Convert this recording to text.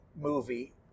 movie